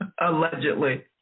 Allegedly